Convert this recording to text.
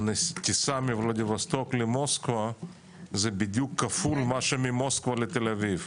הטיסה מוולדיבסטוק למוסקבה זה כפול ממוסקבה לתל אביב.